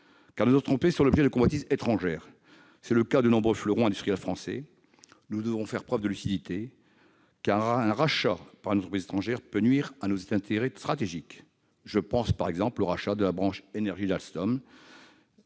nos entreprises sont l'objet de convoitises étrangères. C'est le cas de nombreux fleurons industriels français. Nous devons faire preuve de lucidité, car un rachat par une entreprise étrangère peut nuire à nos intérêts stratégiques. Je pense au rachat de la branche énergie d'Alstom